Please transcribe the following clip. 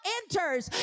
enters